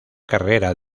carrera